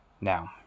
Now